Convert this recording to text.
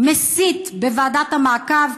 מסית בוועדת המעקב,